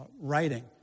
writing